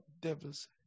devil's